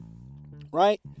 Right